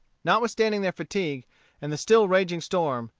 notwithstanding their fatigue and the still raging storm,